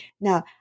Now